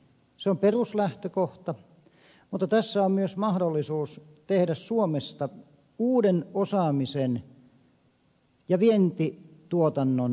se on peruslähtökohta mutta tässä on myös mahdollisuus tehdä suomesta uuden osaamisen ja vientituotannon maa